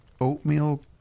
oatmeal